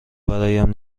برایم